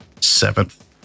Seventh